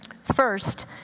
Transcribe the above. First